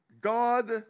God